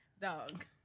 Dog